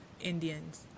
Indians